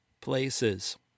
places